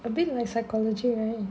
a bit like psychology right